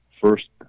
first